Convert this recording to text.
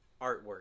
artwork